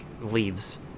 leaves